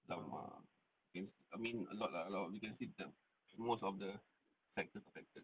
!alamak! I mean a lot lah a lot you can see the most of the sectors affected